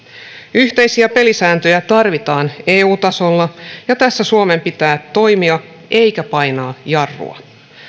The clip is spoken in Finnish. yhteisiä pelisääntöjä tarvitaan eu tasolla ja tässä suomen pitää toimia eikä painaa jarrua